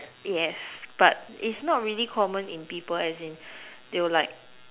yes but is not really common in people as in they will like